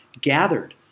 gathered